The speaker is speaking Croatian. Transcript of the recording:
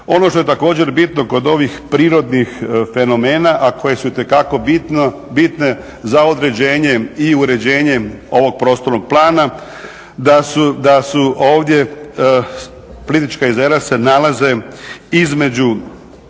Ono što je također bitno kod ovih prirodnih fenomena, a koje su itekako bitne za određene i uređenje ovog prostornog plana da se Plitvička jezera nalaze između